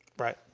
right.